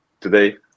today